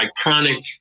iconic